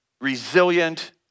resilient